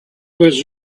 was